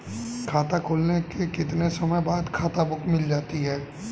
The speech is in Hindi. खाता खुलने के कितने समय बाद खाता बुक मिल जाती है?